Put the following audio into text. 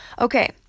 Okay